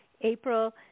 April